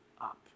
up